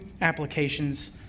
applications